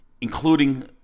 including